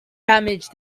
damage